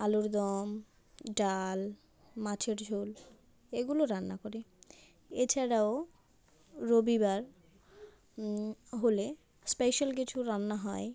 আলুর দম ডাল মাছের ঝোল এগুলো রান্না করি এছাড়াও রবিবার হলে স্পেশাল কিছু রান্না হয়